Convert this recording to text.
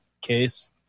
case